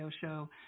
show